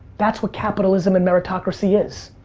that's what capitalism and meritocracy is.